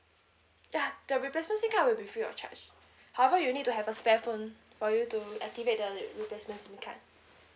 ya the replacement SIM card will be free of charge however you'll need to have a spare phone for you to activate the li~ replacement SIM card